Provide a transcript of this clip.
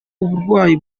uburwayi